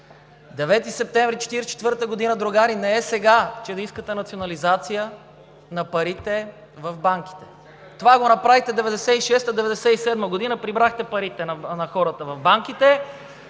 септември 1944 г., другари, не е сега, че да искате национализация на парите в банките! Това го направихте през 1996 – 1997 г. – прибрахте парите на хората в банките.